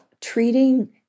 treating